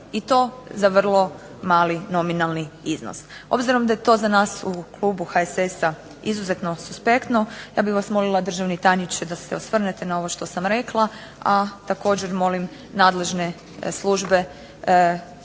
i to za vrlo mali nominalni iznos. Obzirom da je to za nas u klubu HSS-a izuzetno suspektno, ja bih vas molila državni tajniče da se osvrnete na ovo što sam rekla, a također molim nadležne službe